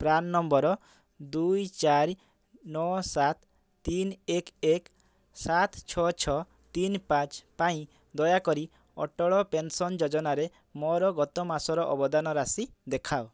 PRAN number ଦୁଇ ଚାରି ନଅ ସାତ ତିନି ଏକ ଏକ ସାତ ଛଅ ଛଅ ତିନ ପାଞ୍ଚ ପାଇଁ ଦୟାକରି ଅଟଳ ପେନ୍ସନ୍ ଯୋଜନାରେ ମୋର ଗତ ମାସର ଅବଦାନ ରାଶି ଦେଖାଅ